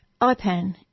IPAN